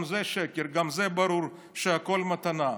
גם זה שקר, גם בזה ברור שהכול מתנה.